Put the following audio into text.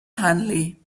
hunley